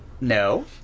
No